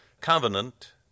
Covenant